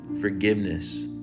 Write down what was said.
forgiveness